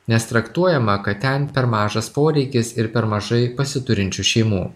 nes traktuojama kad ten per mažas poreikis ir per mažai pasiturinčių šeimų